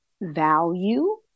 value